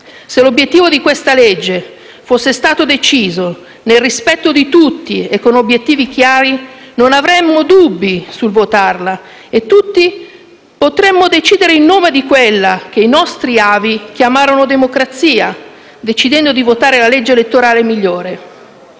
Se l'obiettivo di questa legge fosse stato deciso nel rispetto di tutti e con obiettivi chiari, non avremmo dubbi sul votarla e tutti potremmo decidere, in nome di quella che i nostri avi chiamarono democrazia, decidendo di votare la legge elettorale migliore